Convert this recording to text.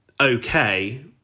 okay